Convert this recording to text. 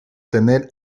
tener